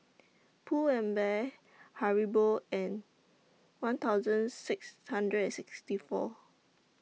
Pull and Bear Haribo and one thousand six hundred and sixty four